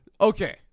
Okay